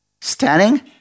Standing